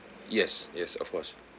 yes yes of course